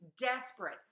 desperate